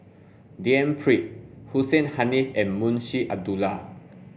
D N Pritt Hussein Haniff and Munshi Abdullah